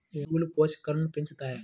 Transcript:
ఎరువులు పోషకాలను పెంచుతాయా?